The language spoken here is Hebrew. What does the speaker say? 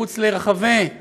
מחוץ לרחבי היבשת,